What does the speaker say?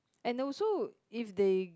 and also if they